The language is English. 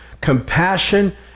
Compassion